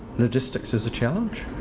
logistics is a challenge.